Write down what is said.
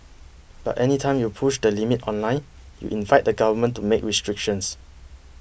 but any time you push the limits online you invite the government to make restrictions